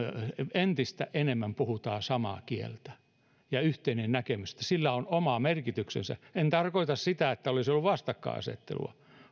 entistä enemmän puhuivat samaa kieltä on yhteinen näkemys ja sillä on oma merkityksensä en tarkoita sitä että olisi ollut vastakkainasettelua